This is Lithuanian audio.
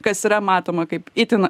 kas yra matoma kaip itin